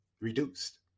reduced